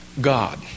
God